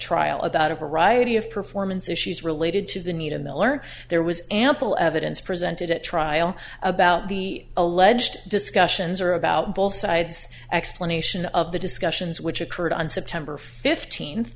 trial about a variety of performance issues related to the need a miller there was ample evidence presented at trial about the alleged discussions or about both sides explanation of the discussions which occurred on september fifteenth